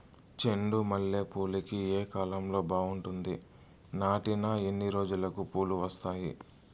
చెండు మల్లె పూలుకి ఏ కాలం బావుంటుంది? నాటిన ఎన్ని రోజులకు పూలు వస్తాయి?